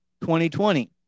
2020